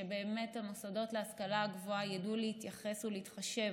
שבאמת המוסדות להשכלה הגבוהה ידעו להתייחס ולהתחשב